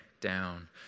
down